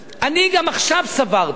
אני גם עכשיו סברתי,